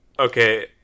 Okay